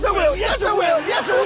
so will, yes i will yes